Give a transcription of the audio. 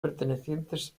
pertenecientes